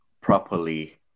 properly